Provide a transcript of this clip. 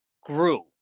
grew